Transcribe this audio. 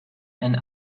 and